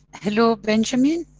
hello benjamin?